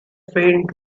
faint